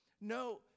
No